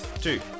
two